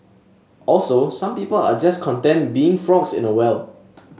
also some people are just content being frogs in a well